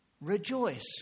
Rejoice